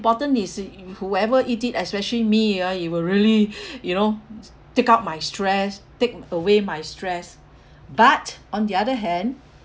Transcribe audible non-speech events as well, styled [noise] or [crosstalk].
important is e~ whoever eat it especially me ah it will really [breath] you know take out my stress take away my stress but on the other hand